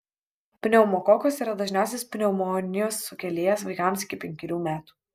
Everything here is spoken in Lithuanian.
pneumokokas yra dažniausias pneumonijos sukėlėjas vaikams iki penkerių metų